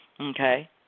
okay